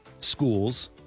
schools